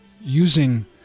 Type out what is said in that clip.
using